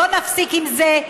בואו נפסיק עם זה.